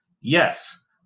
Yes